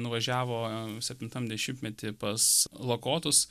nuvažiavo septintam dešimtmety pas lakuotus